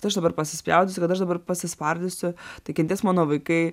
tai aš dabar pasispjaudysiu kad aš dabar pasispardysiu tai kentės mano vaikai